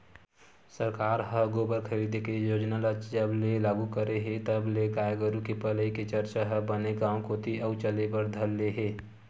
सरकार ह गोबर खरीदे के योजना ल जब ले लागू करे हे तब ले गाय गरु के पलई के चरचा ह बने गांव कोती अउ चले बर धर ले हे